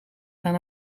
aan